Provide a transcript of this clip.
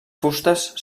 fustes